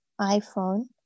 iPhone